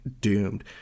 doomed